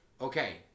Okay